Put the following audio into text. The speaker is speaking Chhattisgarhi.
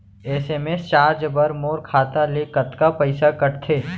एस.एम.एस चार्ज बर मोर खाता ले कतका पइसा कटथे?